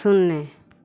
शून्य